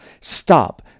Stop